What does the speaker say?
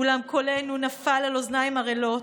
אולם קולנו נפל על אוזניים ערלות.